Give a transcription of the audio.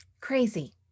Crazy